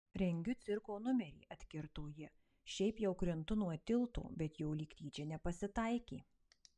rengiu cirko numerį atkirto ji šiaip jau krintu nuo tilto bet jo lyg tyčia nepasitaikė